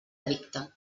edicte